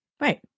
Right